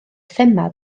thema